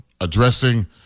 addressing